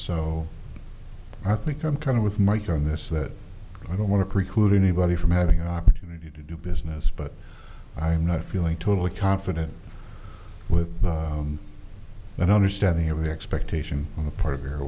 so i think i'm coming with mike on this that i don't want to preclude anybody from having an opportunity to do business but i am not feeling totally confident with that understanding of the expectation on the part of your